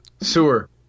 sewer